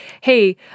hey